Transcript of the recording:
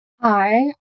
Hi